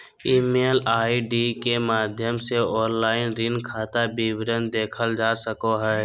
email ID के माध्यम से ऑनलाइन ऋण खाता विवरण देखल जा सको हय